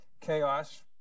chaos